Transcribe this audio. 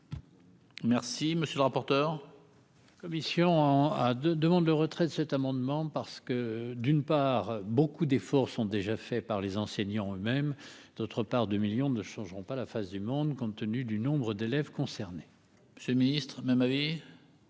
Merci, monsieur le rapporteur. Commission en à deux demande le retrait de cet amendement parce que d'une part, beaucoup d'efforts sont déjà faits par les enseignants eux-mêmes, d'autre part 2 millions ne changeront pas la face du monde, compte tenu du nombre d'élèves concernés. Ce ministre-même avis.